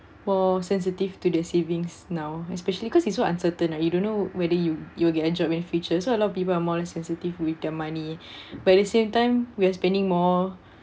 more sensitive to the savings now especially because it's so uncertain ah you don't know whether you you'll get injured when features so a lot more people in sensitive with their money but at the same time we are spending more